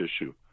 issue